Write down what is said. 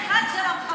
הרסו חדר אחד של המחבל,